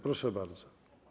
Proszę bardzo.